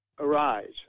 Arise